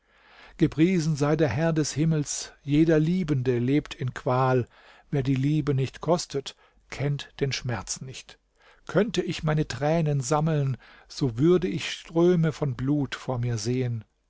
gepriesen sei der herr des himmels jeder liebende lebt in qual wer die liebe nicht kostet kennt den schmerz nicht könnte ich meine tränen sammeln so würde ich ströme von blut vor mir sehen